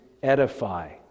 edify